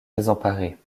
désemparée